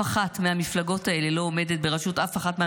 שבראשות אף אחת מהמפלגות האלה לא עומדת אישה.